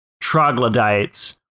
troglodytes